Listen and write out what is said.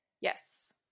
Yes